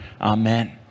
Amen